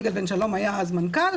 יגאל בן שלום היה אז המנכ"ל,